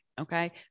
Okay